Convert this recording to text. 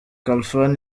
khalfan